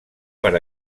per